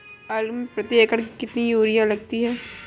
आलू में प्रति एकण कितनी यूरिया लगती है?